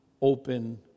open